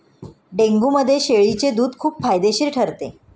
डेंग्यूमध्ये शेळीचे दूध खूप फायदेशीर ठरते